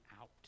out